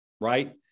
right